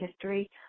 history